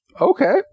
Okay